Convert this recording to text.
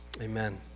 amen